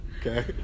Okay